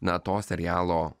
na to serialo